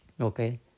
okay